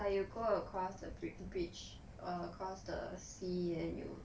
like you go across the brid~ bridge across the sea and you